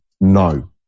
No